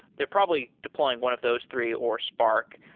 they're probably deploying one of those three or spark.